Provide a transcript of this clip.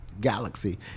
galaxy